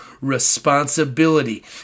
responsibility